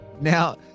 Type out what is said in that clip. now